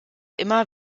immer